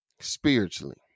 spiritually